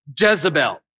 Jezebel